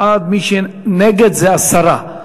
בעד, נגד, זה הסרה.